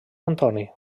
antoni